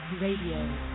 Radio